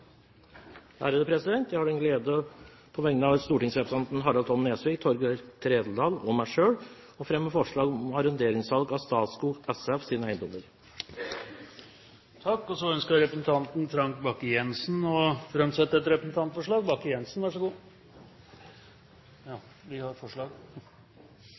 et representantforslag. Jeg har på vegne av stortingsrepresentantene Harald T. Nesvik, Torgeir Trældal og meg selv den glede å fremme forslag om arronderingssalg av Statskog SFs eiendommer. Representanten Frank Bakke-Jensen vil framsette et representantforslag.